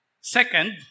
Second